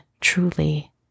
truly